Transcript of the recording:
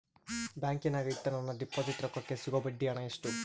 ಬ್ಯಾಂಕಿನಾಗ ಇಟ್ಟ ನನ್ನ ಡಿಪಾಸಿಟ್ ರೊಕ್ಕಕ್ಕೆ ಸಿಗೋ ಬಡ್ಡಿ ಹಣ ಎಷ್ಟು?